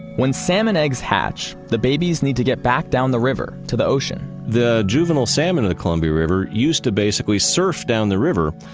when salmon eggs hatch, the babies need to get back down the river, to the ocean the juvenile salmon of the columbia river used to basically surf down the river.